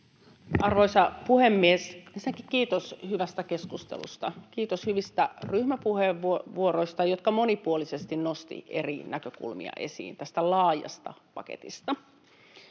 Arvoisa puhemies! Ensinnäkin kiitos hyvästä keskustelusta, kiitos hyvistä ryhmäpuheenvuoroista, jotka monipuolisesti nostivat eri näkökulmia esiin tästä laajasta paketista,